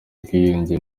ubwiyunge